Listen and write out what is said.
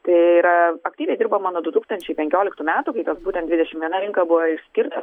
tai yra aktyviai dirbama nuo du tūkstančiai penkioliktų metų kai tos būtent dvidešimt viena rinka buvo išskirtos